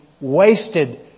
wasted